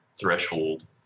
threshold